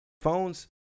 phones